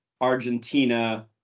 Argentina